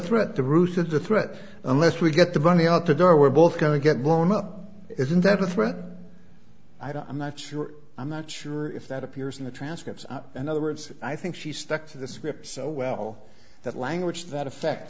threat the root of the threat unless we get the money out the door we're both going to get blown up isn't that a threat i don't i'm not sure i'm not sure if that appears in the transcripts and other words i think she stuck to the script so well that language that effect